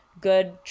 good